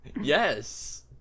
Yes